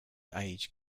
age